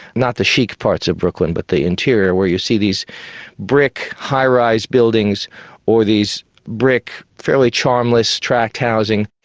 not the chic parts of brooklyn but the interior where you see these brick high-rise buildings or these brick fairly charmless tract housing.